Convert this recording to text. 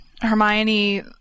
Hermione